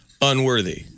unworthy